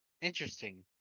Interesting